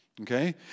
okay